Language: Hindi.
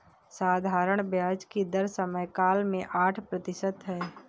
साधारण ब्याज की दर समयकाल में आठ प्रतिशत है